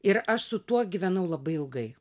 ir aš su tuo gyvenau labai ilgai